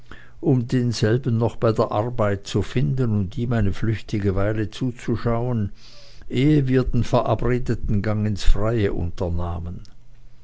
um denselben noch bei der arbeit zu finden und ihm eine flüchtige weile zuzuschauen ehe wir den verabredeten gang ins freie unternahmen